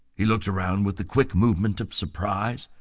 he looked around with the quick movement of surprise.